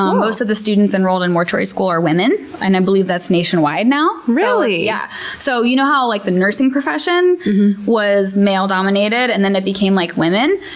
um most of the students enrolled in mortuary school are women, and i believe that's nationwide now. yeah so you know how like the nursing profession was male dominated and then it became like women?